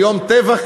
כיום טבח,